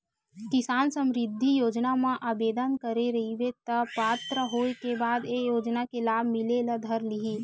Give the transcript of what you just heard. किसान समरिद्धि योजना म आबेदन करे रहिबे त पात्र होए के बाद ए योजना के लाभ मिले ल धर लिही